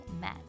met